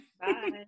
Bye